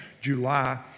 July